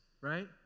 right